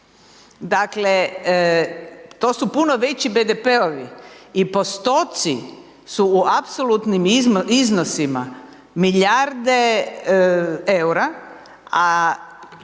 Dakle, to su puno veći BDP-ovi i postotci su u apsolutnim iznosima, milijarde eura, a